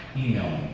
email